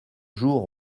jours